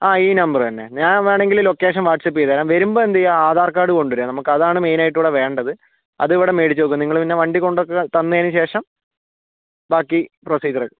ആ ഈ നമ്പർ തന്നെ ഞാൻ വേണമെങ്കിൽ ലൊക്കേഷൻ വാട്ട്സ്ആപ്പ് ചെയ്തു തരാം വരുമ്പോൾ എന്തുചെയ്യാം അധാർ കാർഡ് കൊണ്ടുവരിക നമുക്ക് അതാണ് മെയിൻ ആയിട്ട് ഇവിടെ വേണ്ടത് അത് ഇവിടെ മേടിച്ചു വയ്ക്കും നിങ്ങൾ പിന്നെ വണ്ടി കൊണ്ടുവയ്ക്കുക തന്നതിന് ശേഷം ബാക്കി പ്രൊസീജ്യറ്